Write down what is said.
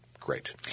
great